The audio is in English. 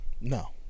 No